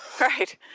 Right